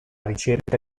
ricerca